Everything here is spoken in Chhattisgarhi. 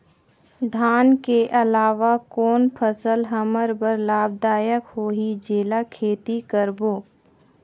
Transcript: धान के अलावा कौन फसल हमर बर लाभदायक होही जेला खेती करबो?